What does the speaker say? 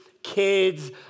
kids